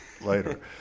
later